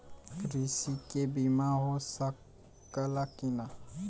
कृषि के बिमा हो सकला की ना?